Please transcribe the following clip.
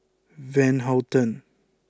Van Houten